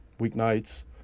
weeknights